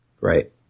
Right